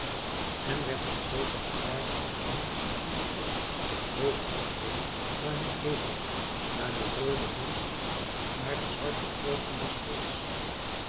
en werd zich zeker gewaar dat de hand van den god hoog opgmg naar acn nemei naar den rooden mond naar de zwarte oogen des gods